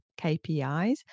KPIs